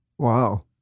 Wow